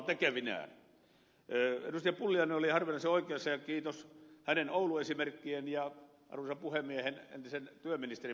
pulliainen oli harvinaisen oikeassa ja kiitos hänen oulu esimerkkiensä ja arvoisan puhemiehen entisen työministerin palautteesta